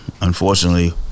unfortunately